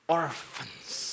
orphans